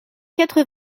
quatre